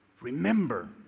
Remember